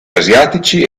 asiatici